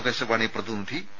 ആകാശവാണി പ്രതിനിധി പി